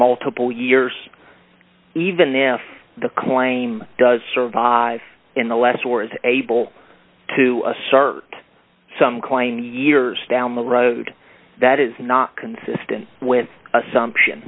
multiple years even if the claim does survive in the less or is able to assert some coin years down the road that is not consistent with assumption